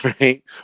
right